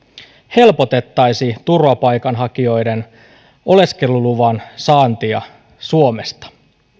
helpotettaisiin turvapaikanhakijoiden oleskeluluvan saantia suomesta